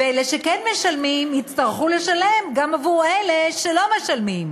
ואלה שכן משלמים יצטרכו לשלם גם עבור אלה שלא משלמים.